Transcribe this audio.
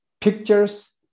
pictures